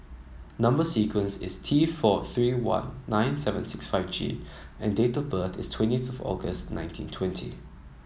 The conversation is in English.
number sequence is T four three one nine seven six five G and date of birth is twenty eight August nineteen twenty